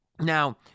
Now